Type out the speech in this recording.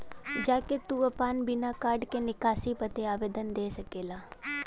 जा के तू आपन बिना कार्ड के निकासी बदे आवेदन दे सकेला